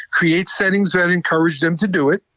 create settings that encourage them to do it,